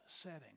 setting